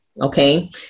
okay